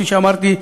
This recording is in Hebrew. כפי שאמרתי,